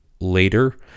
later